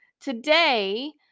today